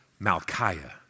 Malchiah